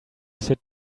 sit